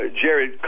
Jared